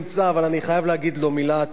אבל אני חייב להגיד לו מלה טובה,